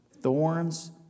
Thorns